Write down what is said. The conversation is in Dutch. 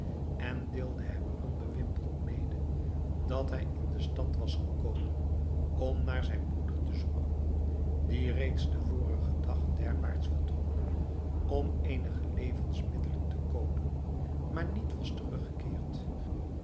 en deelde hem onbewimpeld mede dat hij in de stad was gekomen om naar zijn broeder te zoeken die reeds den vorigen dag derwaarts vertrok om eenige levensmiddelen te koopen maar niet was teruggekeerd